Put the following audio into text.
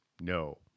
No